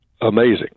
amazing